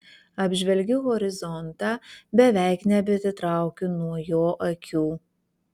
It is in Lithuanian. apžvelgiu horizontą beveik nebeatitraukiu nuo jo akių